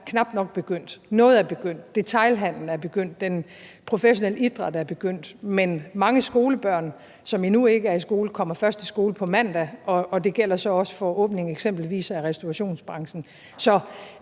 to er knap nok begyndt. Noget er begyndt. Detailhandelen er begyndt. Den professionelle idræt er begyndt. Men mange skolebørn, som endnu ikke er i skole, kommer først i skole på mandag, og det gælder også for åbningen af eksempelvis restaurationsbranchen.